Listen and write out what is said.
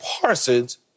Parsons